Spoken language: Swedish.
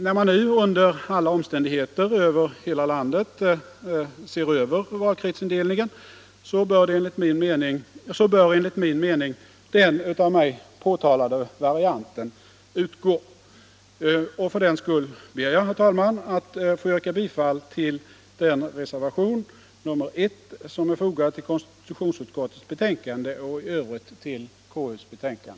När man nu under alla omständigheter ser över valkretsindelningen över hela landet bör enligt min mening den av mig påtalade varianten utgå. För den skull ber jag, herr talman, att få yrka bifall till reservationen 1 till konstitutionsutskottets betänkande och i övrigt till utskottets hemställan.